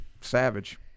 savage